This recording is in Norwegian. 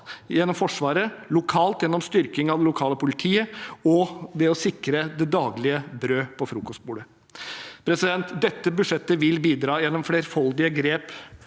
gjennom Forsvaret og lokalt gjennom styrking av det lokale politiet, og ved å sikre det daglige brød på frokostbordet. Dette budsjettet vil gjennom flerfoldige grep